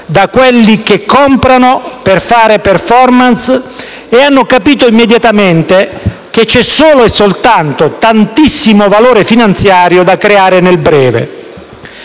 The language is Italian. da quelli che comprano per fare *performance* e hanno capito immediatamente che c'è solo e soltanto tantissimo valore finanziario da creare nel breve.